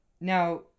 Now